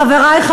משיח,